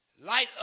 light